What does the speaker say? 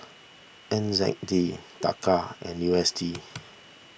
N Z D Taka and U S D